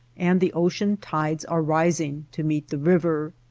and the ocean tides are rising to meet the river.